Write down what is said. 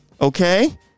Okay